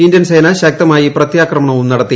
ഇന്ത്യൻസേന ശക്തമായി പ്രത്യാക്രമണവും നടത്തി